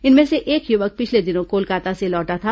इनमें से एक युवक पिछले दिनों कोलकाता से लौटा था